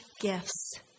gifts